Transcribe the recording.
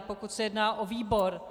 Pokud se jedná o výbor.